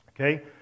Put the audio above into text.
okay